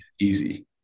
easy